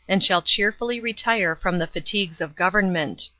and shall cheerfully retire from the fatigues of government.